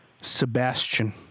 Sebastian